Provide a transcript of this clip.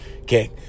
Okay